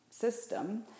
system